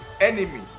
enemy